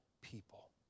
people